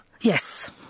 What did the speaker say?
Yes